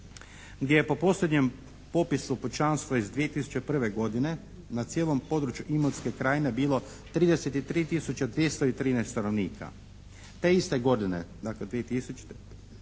gdje po posljednjem popisu pučanstva iz 2001. godine na cijelom području Imotske krajine bilo 33 tisuće 313 stanovnika. Te iste godine, dakle 2001.